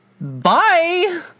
bye